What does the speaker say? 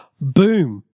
Boom